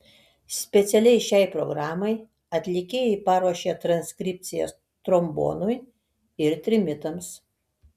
specialiai šiai programai atlikėjai paruošė transkripcijas trombonui ir trimitams